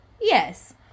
Yes